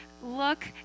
look